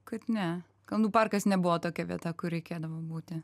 kad ne kalnų parkas nebuvo tokia vieta kur reikėdavo būti